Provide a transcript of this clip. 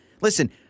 Listen